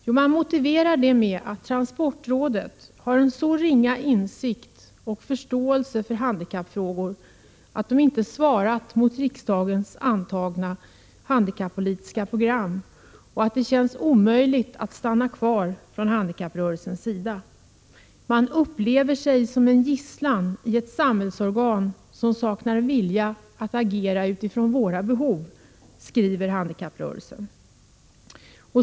Jo, man motiverar 53 det med att transportrådet har en så ringa insikt och förståelse för handikappfrågor och inte svarat mot det av riksdagen antagna handikapppolitiska programet att det känns omöjligt för handikapprörelsen att stanna kvar. Handikapprörelsen upplever sig ”som en gisslan i ett samhällsorgan som saknar vilja att agera utifrån våra behov”, skriver man.